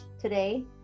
today